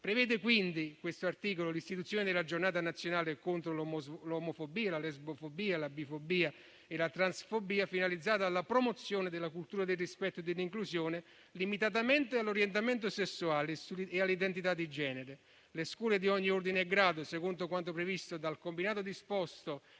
prevede quindi l'istituzione della Giornata nazionale contro l'omofobia, la lesbofobia, la bifobia e la transfobia, finalizzata alla promozione della cultura del rispetto e dell'inclusione limitatamente all'orientamento sessuale e all'identità di genere. Le scuole di ogni ordine e grado, secondo quanto previsto dal combinato disposto